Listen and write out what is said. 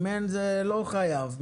אם אין, לא חייבים.